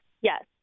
Yes